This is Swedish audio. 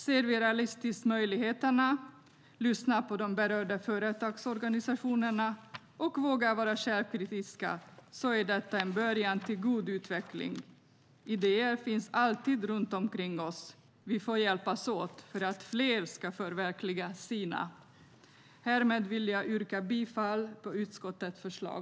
Ser vi realistiskt på möjligheterna, lyssnar på de berörda företagsorganisationerna och vågar vara självkritiska är detta en början till god utveckling. Idéer finns alltid runt omkring oss, vi får hjälpas åt för att fler ska förverkliga sina. Härmed vill jag yrka bifall till utskottets förslag.